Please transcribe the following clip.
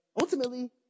ultimately